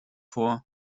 vor